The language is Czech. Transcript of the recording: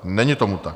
Není tomu tak.